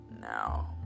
now